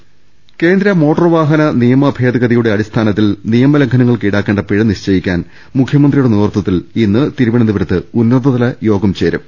രദേഷ്ടെടു കേന്ദ്ര മോട്ടോർവാഹന നിയമ ഭേദഗതിയുടെ അടിസ്ഥാനത്തിൽ നിയ മലംഘനങ്ങൾക്ക് ഈടാക്കേണ്ട പിഴ നിശ്ചയിക്കാൻ മുഖ്യമന്ത്രിയുടെ നേതൃ ത്വത്തിൽ ഇന്ന് തിരുവനന്തപുരത്ത് ഉന്നതതല യോഗം ചേരും